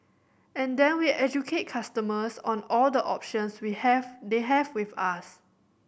and then we educate customers on all the options we have they have with us